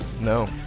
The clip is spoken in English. No